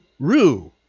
Rue